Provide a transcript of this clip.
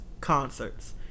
Concerts